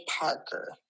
Parker